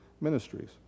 ministries